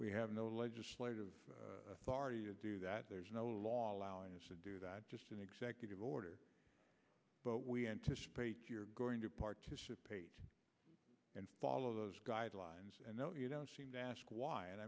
we have no legislative authority to do that there's no law allowing us to do that just an executive order but we anticipate you're going to participate and follow those guidelines and that you don't seem to ask why and